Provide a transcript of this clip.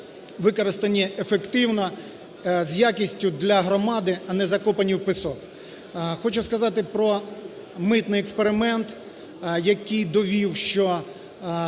використані ефективно, з якістю для громади, а не закопані у пісок. Хочу сказати про митний експеримент, який довів, що